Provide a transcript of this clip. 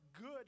good